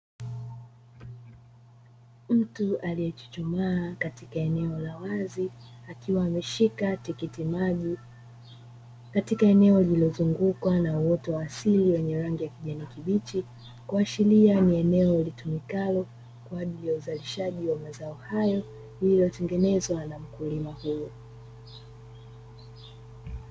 mtu aliyechuchumaa katika eneo la wazi akiwa ameshika tikiti maji katika eneo lililozungukwa na uoto wa asili wenye rangi ya kijani kibichi, kuashiria ni eneo litumikalo kwaajili ya uzalishaji wa mazao hayo lililotengenezwa na mkulima huyo.